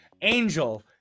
Angel